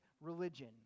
religion